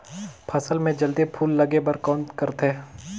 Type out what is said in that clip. फसल मे जल्दी फूल लगे बर कौन करथे?